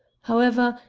however,